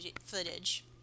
footage